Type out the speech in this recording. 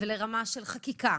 חקיקה,